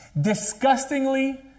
Disgustingly